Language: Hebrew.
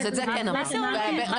מה זה הולם?